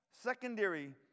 secondary